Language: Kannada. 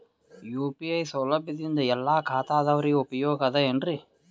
ಯು.ಪಿ.ಐ ಸೌಲಭ್ಯದಿಂದ ಎಲ್ಲಾ ಖಾತಾದಾವರಿಗ ಉಪಯೋಗ ಅದ ಏನ್ರಿ?